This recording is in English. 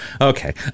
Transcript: Okay